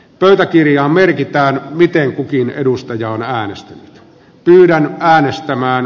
pöytäkirjaan merkitään miten kukin edustajaa äänesti tyhjää äänestämään